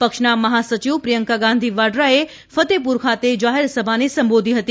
પક્ષના મહાસચિવ પ્રિયંકા ગાંધી વાડરાએ ફતેહપુર ખાતે જાહેરસભાને સંબોધી હતી